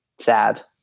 sad